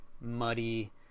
muddy